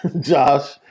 Josh